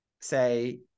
say